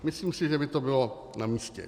Myslím si, že by to bylo namístě.